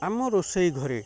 ଆମ ରୋଷେଇ ଘରେ